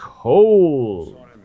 Cold